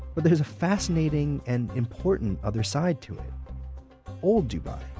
but there's a fascinating and important other side to it old dubai,